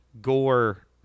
gore